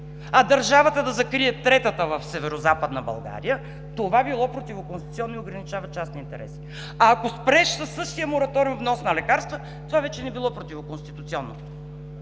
а държавата да закрие третата в Северозападна България, това било противоконституционно и ограничава частния интерес. А ако спреш със същия мораториум вноса на лекарства, това вече не било противоконституционно.